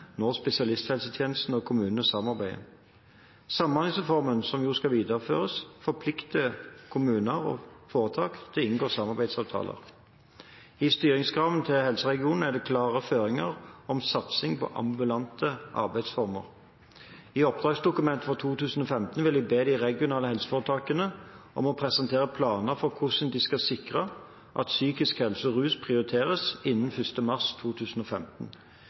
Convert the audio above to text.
spesialisthelsetjenesten og kommunene samarbeider. Samhandlingsreformen, som jo skal videreføres, forplikter kommuner og foretak til å inngå samarbeidsavtaler. I styringskravene til helseregionene er det klare føringer om satsing på ambulante arbeidsformer. I oppdragsdokumentet for 2015 vil jeg be de regionale helseforetakene om å presentere planer for hvordan de skal sikre at psykisk helse og rus prioriteres innen 1. mars 2015.